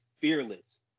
fearless